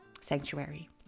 sanctuary